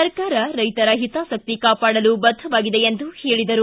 ಸರ್ಕಾರ ರೈತರ ಹಿತಾಸಕ್ತಿ ಕಾಪಾಡಲು ಬದ್ಲವಾಗಿದೆ ಎಂದು ಹೇಳಿದರು